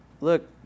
Look